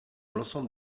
l’ensemble